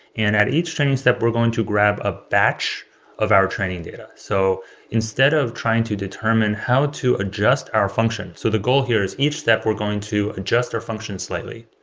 and at each training step, we're going to grab a batch of our training data. so instead of trying to determine how to adjust our function so the goal here is each step, we're going to adjust their function slightly,